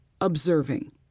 observing